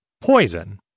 poison